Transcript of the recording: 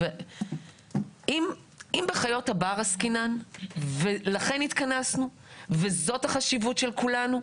אם בחיות הבר עסקינן ולכן התכנסנו וזו החשיבות של כולנו,